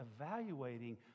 evaluating